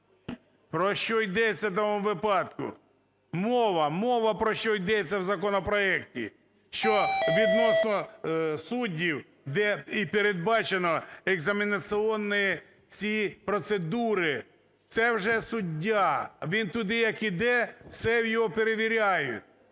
Про що йдеться в даному випадку? Мова, мова! Про що йдеться в законопроекті? Що відносно суддів, де і передбачено екзаменаційні ці процедури. Це вже суддя. Він туди як йде, все в нього перевіряють.